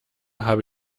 habe